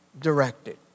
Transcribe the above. directed